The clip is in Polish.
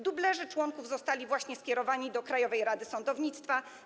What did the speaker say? Dublerzy członków zostali właśnie skierowani do Krajowej Rady Sądownictwa.